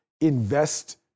invest